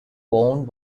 owned